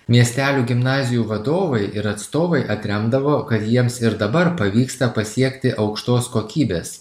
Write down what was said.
miestelių gimnazijų vadovai ir atstovai atremdavo kad jiems ir dabar pavyksta pasiekti aukštos kokybės